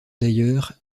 d’ailleurs